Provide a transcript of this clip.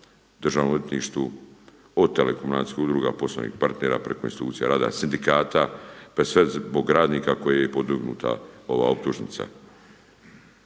Državnom odvjetništvu od telekomunikacijskih udruga, poslovnih partnera, preko institucija rada, sindikata pa sve zbog radnika kojeg je podignuta ova optužnica.